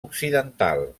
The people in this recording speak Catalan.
occidental